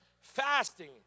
fasting